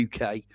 UK